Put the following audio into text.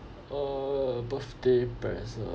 a birthday present